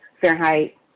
Fahrenheit